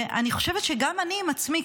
אני חושבת שגם אני עם עצמי,